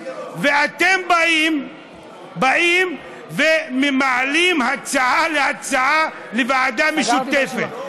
ואתם באים ומעלים הצעה לוועדה משותפת.